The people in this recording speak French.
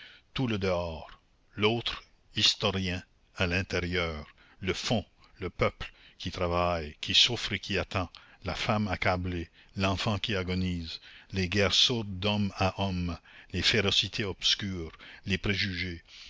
tout le dehors l'autre historien a l'intérieur le fond le peuple qui travaille qui souffre et qui attend la femme accablée l'enfant qui agonise les guerres sourdes d'homme à homme les férocités obscures les préjugés